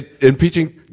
Impeaching